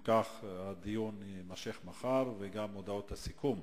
אם כך, הדיון יימשך מחר וגם הודעות הסיכום.